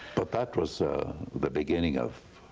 but that was the beginning of